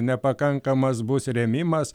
nepakankamas bus rėmimas